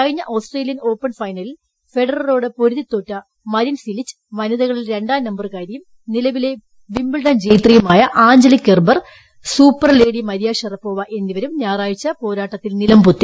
കഴിഞ്ഞ Australian open ഫൈനലിൽ ഫെഡ്രറ്റോട് പൊരുതി തോറ്റ മരിൻ സിലിച്ച് വനിതകളിൽ രണ്ടാര്യ ന്റ്മ്പർകാരിയും നിലവിലെ വിമ്പിൾഡൺ ജേത്രിയുമായി Angelique Kerber super lady Maria Sharapova എന്നിവ്വിരും ഞായറാഴ്ച പോരാട്ടത്തിൽ ്നിലം പൊത്തി